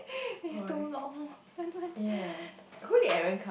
wait is too long